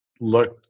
look